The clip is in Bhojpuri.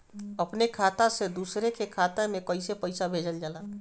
अपने खाता से दूसरे के खाता में कईसे पैसा भेजल जाला?